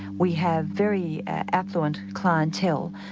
we have very affluent clientele,